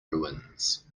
ruins